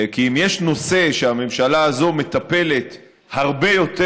כי אם יש נושא שהממשלה הזאת מטפלת בו הרבה יותר